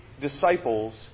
disciples